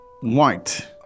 White